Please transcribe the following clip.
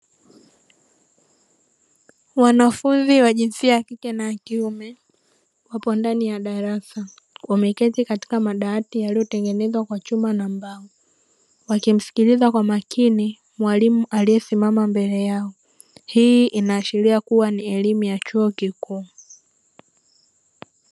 Wanafunzi wa jinsia ya kike na ya kiume wapo ndani ya darasa, wameketi katika madawati yaliyotengenezwa kwa chuma na mbao. Wakimsikiliza kwa makini mwalimu aliyesimama mbele yao, hii inaashiria kuwa ni elimu ya chuo kikuu.